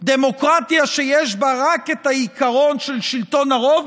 דמוקרטיה שיש בה רק את העיקרון של שלטון הרוב,